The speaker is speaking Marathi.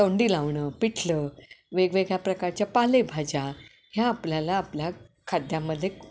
तोंडी लावणं पिठलं वेगवेगळ्या प्रकारच्या पालेभाज्या ह्या आपल्याला आपल्या खाद्यामध्ये